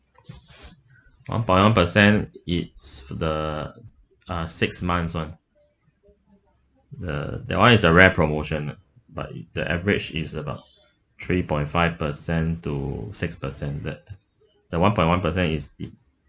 on point one percent its the uh six months one the that one is a rare promotion lah but the average is about three point five percent to six percent that the one point one percent is the